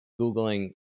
Googling